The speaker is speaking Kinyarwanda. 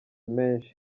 menshi